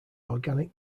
organic